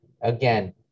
Again